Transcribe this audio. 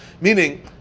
Meaning